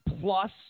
plus